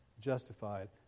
justified